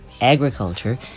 agriculture